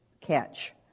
catch